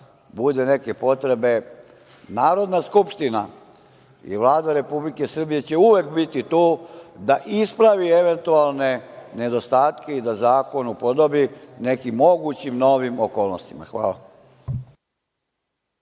bude neke potrebe Narodna skupština i Vlada Republike Srbije će uvek biti tu da isprave eventualne nedostatke i da zakon upodobi nekim mogućim novim okolnostima. Hvala.